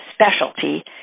specialty